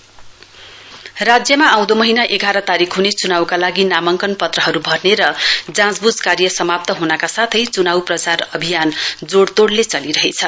SPCC राज्यमा आउँदो महीना एघार तारीक हुने चुनाउका लागि नामाङ्कन पत्रहरु भर्ने र जाँचव्झ कार्य समाप्त हुनका साथै चुनाउ प्रचार अभियान जोइतोइले चलिरहेछ